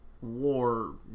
war